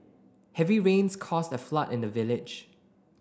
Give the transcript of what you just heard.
heavy rains caused a flood in the village